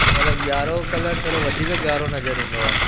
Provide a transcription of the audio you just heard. मतिलबु ॻाढ़ो कलर थोरो वधीक ॻाढ़ो नज़र ईंदो आहे